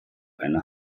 einer